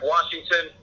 Washington